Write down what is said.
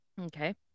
okay